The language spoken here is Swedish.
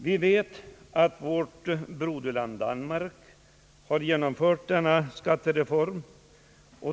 Vi vet att vårt broderland Danmark har genomfört en sådan skattereform.